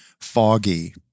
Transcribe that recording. foggy